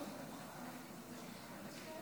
תודה,